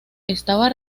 estaba